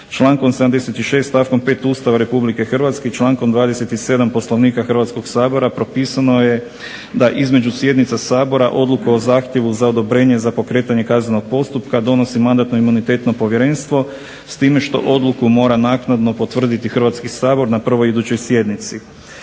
Člankom 76. stavkom 5. Ustava Republike Hrvatske i člankom 27. Poslovnika Hrvatskog sabora propisano je da između sjednica Sabora odluku o zahtjevu za odobrenje za pokretanje kaznenog postupka donosi Mandatno-imunitetno povjerenstvo, s time što odluku mora naknadno potvrditi Hrvatski sabor na prvoj idućoj sjednici.